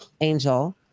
angel